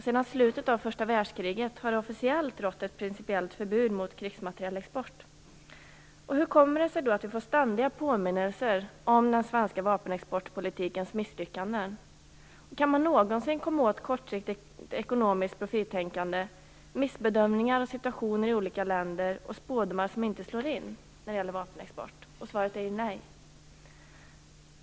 Sedan slutet av första världskriget har det officiellt rått ett principiellt förbud mot krigsmaterielexport. Hur kommer det sig då att vi får ständiga påminnelser om den svenska vapenexportpolitikens misslyckanden? Kan man någonsin komma åt kortsiktigt ekonomiskt profittänkande, missbedömningar av situationer i olika länder och spådomar som inte slår in när det gäller vapenexport? Svaret är ju nej.